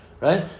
right